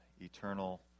eternal